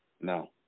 No